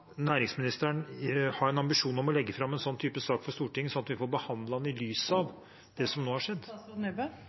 næringsministeren ha en ambisjon om å legge fram en sånn type sak for Stortinget, sånn at vi får behandlet den i lys av det som nå har skjedd?